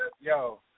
Yo